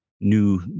new